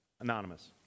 Anonymous